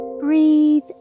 breathe